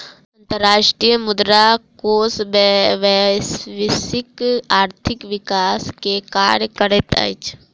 अंतर्राष्ट्रीय मुद्रा कोष वैश्विक आर्थिक विकास के कार्य करैत अछि